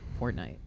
Fortnite